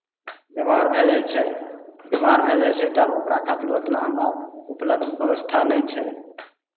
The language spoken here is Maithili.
बेमार भै जाए छै बेमार भै जाए छै तब ओकरा खातिर ओतना हमरा उपलब्ध बेबस्था नहि छै